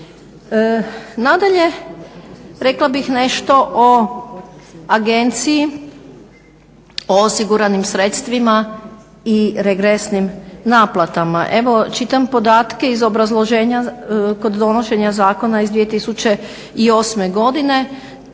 Nadalje rekla bih nešto o Agenciji o osiguranim sredstvima i regresnim naplatama. Evo čitam podatke iz obrazloženja kod donošenja zakona iz 2008.godine.